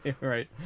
right